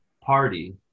party